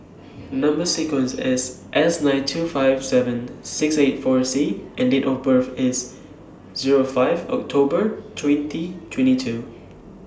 Number sequence IS S nine two five seven six eight four C and Date of birth IS Zero five October twenty twenty two